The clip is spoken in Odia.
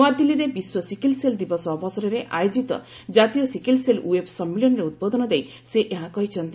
ନୂଆଦିଲ୍ଲୀରେ ବିଶ୍ୱ ସିକିଲସେଲ ଦିବସ ଅବସରରେ ଆୟୋଜିତ ଜାତୀୟ ସିକିଲସେଲ ଓ୍ନେବ୍ ସମ୍ମିଳନୀରେ ଉଦ୍ବୋଧନ ଦେଇ ସେ ଏହା କହିଛନ୍ତି